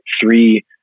three